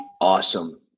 awesome